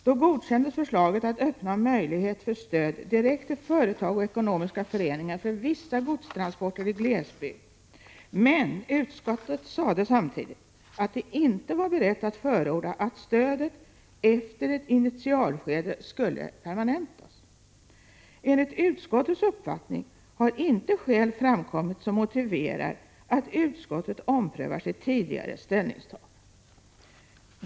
Då godkändes förslaget att öppna möjlighet för stöd direkt till företag och ekonomiska föreningar för vissa godstransporter i glesbygd, men utskottet sade samtidigt att det inte var berett att förorda att stödet efter ett initialskede skulle permanentas. Enligt utskottets uppfattning har inte skäl framkommit som motiverar att utskottet omprövar sitt tidigare ställningstagande.